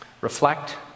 reflect